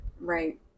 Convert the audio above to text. Right